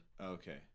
okay